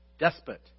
despot